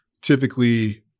typically